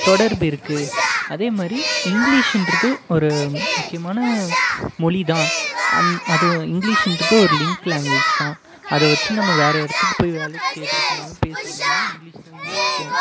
தொடர்பு இருக்குது அதே மாதிரி இங்கிலிஷுகிறது ஒரு முக்கியமான மொழி தான் அந் அது இங்கிலிஷுகிறது ஒரு லிங்க் லாங்க்வேஜ் தான் அதை வச்சு நம்ம வேறு இடத்துக்கு போய் வேலை தேடுறதுனாலும் பேசுவதுனாலும் இங்கிலிஷ் தான் யூஸ்போம்